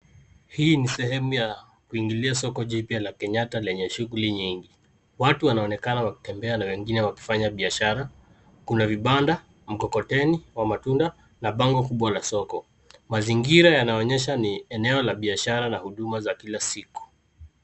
Hii ni sehemu ya kuingilia soko jipya la Kenyatta lenye shughuli nyingi. Watu wanaonekana wakitembea na wengine wakifanya biashara. Kuna vibanda, mkokoteni wa matunda na bango kubwa la soko. Mazingira yanaonyesha ni eneo la biashara na huduma za kila siku.